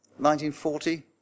1940